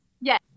Yes